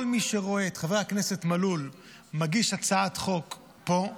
כל מי שרואה את חבר הכנסת מלול מגיש הצעת חוק פה,